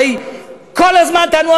הרי כל הזמן טענו,